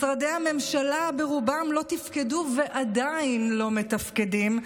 משרדי הממשלה ברובם לא תפקדו ועדיין לא מתפקדים,